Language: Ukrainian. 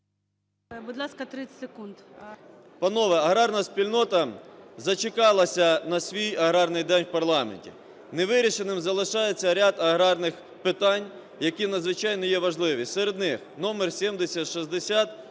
Будь ласка, 30 секунд. ЛАБАЗЮК С.П. Панове, аграрна спільнота зачекалася на свій аграрний день в парламенті. Невирішеним залишається ряд аграрних питань, які надзвичайно є важливі. Серед них: номер 7060